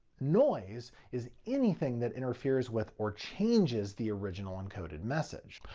noise is anything that interferes with, or changes, the original encoded message.